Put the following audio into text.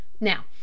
now